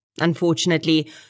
Unfortunately